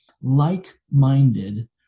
Like-minded